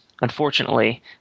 Unfortunately